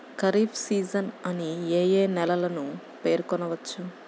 Kharif season అని ఏ ఏ నెలలను పేర్కొనవచ్చు?